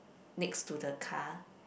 next to the car